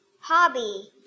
hobby